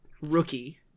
rookie